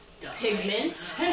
pigment